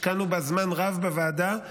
השקענו בה זמן רב בוועדה,